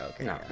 Okay